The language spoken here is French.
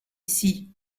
ici